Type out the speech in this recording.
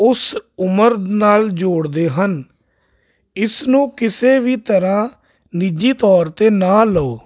ਉਸ ਉਮਰ ਨਾਲ ਜੋੜਦੇ ਹਨ ਇਸ ਨੂੰ ਕਿਸੇ ਵੀ ਤਰ੍ਹਾਂ ਨਿੱਜੀ ਤੌਰ 'ਤੇ ਨਾ ਲਓ